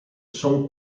sono